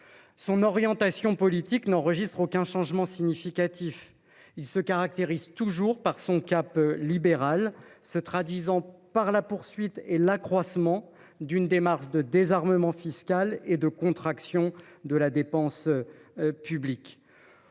Son orientation politique n’enregistre aucun changement significatif : il se caractérise toujours par son cap libéral, qui se traduit par l’approfondissement d’une démarche de désarmement fiscal et de contraction de la dépense publique.